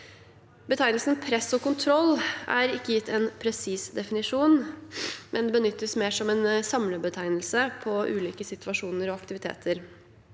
Betegnelsen «press og kontroll» er ikke gitt en presis definisjon, men benyttes mer som en samlebetegnelse på ulike situasjoner og aktiviteter.